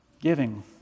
giving